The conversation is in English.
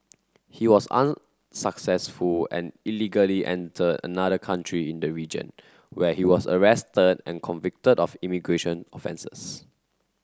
he was unsuccessful and illegally entered another country in the region where he was arrested and convicted of immigration offences